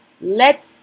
Let